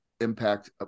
impact